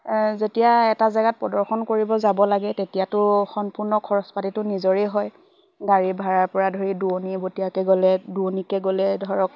যেতিয়া এটা জেগাত প্ৰদৰ্শন কৰিব যাব লাগে তেতিয়াতো সম্পূৰ্ণ খৰচ পাতিটোো নিজৰেই হয় গাড়ী ভাড়াৰ পৰা ধৰি দনী বটীয়াকে গ'লে দনিকে গ'লে ধৰক